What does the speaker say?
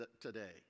today